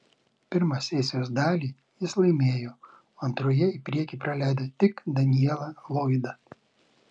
pirmą sesijos dalį jis laimėjo o antroje į priekį praleido tik danielą lloydą